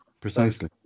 precisely